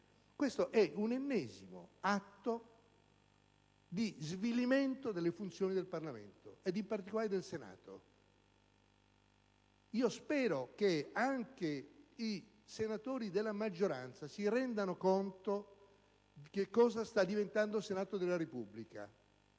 Questo è un ennesimo atto di svilimento delle funzioni del Parlamento, ed in particolare del Senato. Spero che anche i senatori della maggioranza si rendano conto di che cosa sta diventando il Senato della Repubblica.